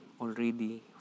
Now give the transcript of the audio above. already